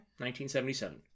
1977